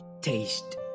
taste